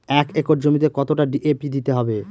এক একর জমিতে কতটা ডি.এ.পি দিতে হবে?